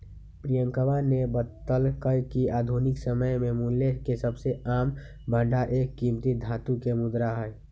प्रियंकवा ने बतल्ल कय कि आधुनिक समय में मूल्य के सबसे आम भंडार एक कीमती धातु के मुद्रा हई